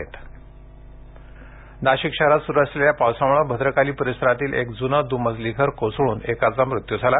पाऊस नाशिक अमरावती नाशिक शहरात सुरू असलेल्या पावसामुळे भद्रकाली परीसरातील एक जुने दुमजली घर कोसळून एकाचा मृत्यू झाला